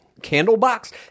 Candlebox